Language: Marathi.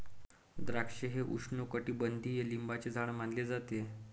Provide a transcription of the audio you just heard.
द्राक्षे हे उपोष्णकटिबंधीय लिंबाचे झाड मानले जाते